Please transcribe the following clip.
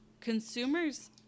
Consumers